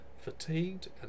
fatigued